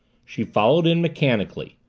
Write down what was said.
she followed in mechanically,